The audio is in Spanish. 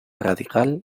radical